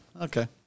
Okay